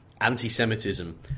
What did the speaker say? anti-Semitism